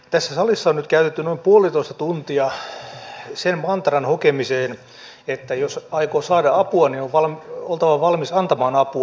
tässä salissa on nyt käytetty noin puolitoista tuntia sen mantran hokemiseen että jos aikoo saada apua niin on oltava valmis antamaan apua